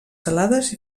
salades